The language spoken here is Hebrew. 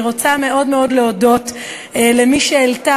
אני רוצה מאוד מאוד להודות למי שהעלתה